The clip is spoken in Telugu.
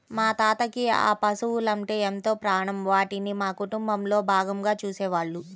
మా తాతకి ఆ పశువలంటే ఎంతో ప్రాణం, వాటిని మా కుటుంబంలో భాగంగా చూసేవాళ్ళు